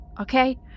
okay